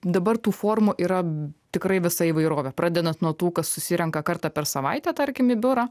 dabar tų formų yra tikrai visa įvairovė pradedant nuo tų kas susirenka kartą per savaitę tarkim į biurą